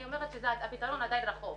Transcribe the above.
אני אומרת שהפתרון עדיין רחוק,